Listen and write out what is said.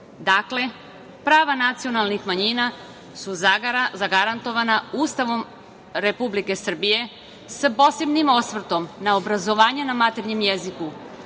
Srbiji. Prava nacionalnih manjina su zagarantovana Ustavom Republike Srbije, sa posebnim osvrtom na obrazovanje na maternjem jeziku,